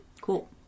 Cool